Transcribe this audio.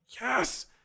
Yes